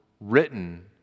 written